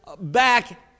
back